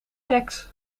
geks